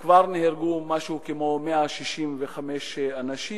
ועד עכשיו כבר נהרגו כ-165 אנשים,